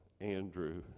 Andrew